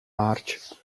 march